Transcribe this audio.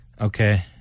Okay